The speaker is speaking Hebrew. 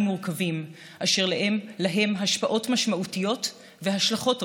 מורכבים אשר להם השפעות משמעותיות והשלכות רבות.